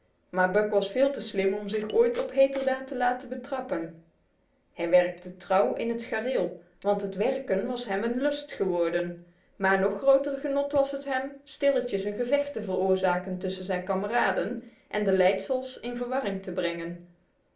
maar buck was veel te slim om zich ooit op heterdaad te laten betrappen hij werkte trouw in het gareel want het werken was hem een lust geworden maar nog groter genot was het hem stilletjes een gevecht te veroorzaken tussen zijn kameraden en de leidsels in verwarring te brengen